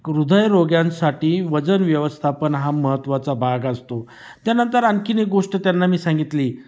हृदयरोग्यांसाठी वजन व्यवस्थापन हा महत्त्वाचा भाग असतो त्यानंतर आणखी एक गोष्ट त्यांना मी सांगितली